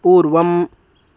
पूर्वम्